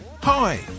Hi